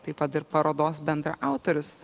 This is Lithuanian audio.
taip pat ir parodos bendraautorius